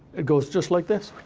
it goes just like this